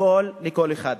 לכל אחד.